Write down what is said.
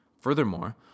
Furthermore